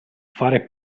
fare